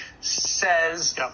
says